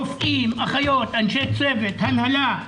רופאים, אחיות, אנשי צוות, הנהלה,